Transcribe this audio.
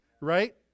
right